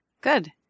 Good